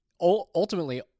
ultimately